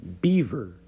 Beaver